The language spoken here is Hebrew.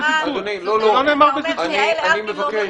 אתה אומר שיעל ארקין לא מרוצה.